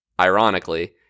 ironically